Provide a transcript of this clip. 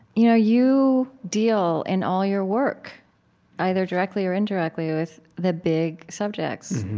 you know, you deal in all your work either directly or indirectly with the big subjects,